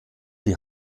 die